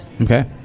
Okay